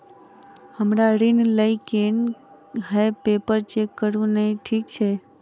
हमरा ऋण लई केँ हय पेपर चेक करू नै ठीक छई?